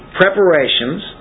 preparations